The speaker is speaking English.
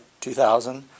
2000